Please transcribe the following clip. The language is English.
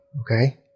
Okay